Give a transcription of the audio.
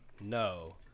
No